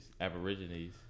aborigines